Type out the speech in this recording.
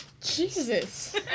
Jesus